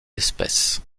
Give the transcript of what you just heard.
espèce